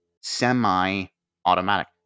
semi-automatic